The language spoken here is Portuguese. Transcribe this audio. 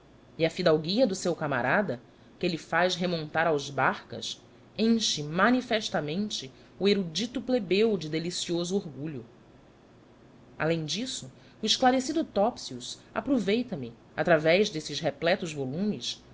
e a fidalguia do seu camarada que ele faz remontar aos barcas enche manifestamente o erudito plebeu de delicioso orgulho alem disso o esclarecido topsius aproveita me através desses repletos volumes